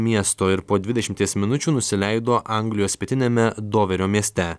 miesto ir po dvidešimties minučių nusileido anglijos pietiniame doverio mieste